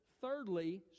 Thirdly